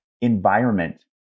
environment